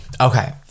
Okay